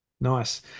Nice